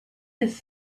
his